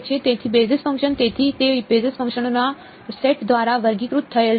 તેથી basis function તેથી તે બેઝિસ ફંક્શનના સેટ દ્વારા વર્ગીકૃત થયેલ છે